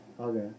Okay